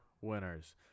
winners